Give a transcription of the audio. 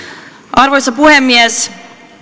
arvoisa puhemies